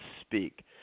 speak